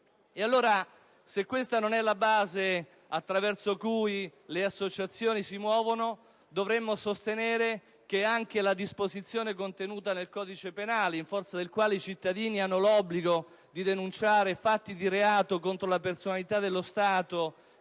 2. Se questa non fosse la base attraverso cui le associazioni si muovono, dovremmo sostenere che anche la disposizione contenuta nel codice penale in forza della quale i cittadini hanno l'obbligo di denunciare fatti di reato contro la personalità dello Stato